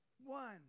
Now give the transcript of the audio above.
one